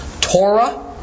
Torah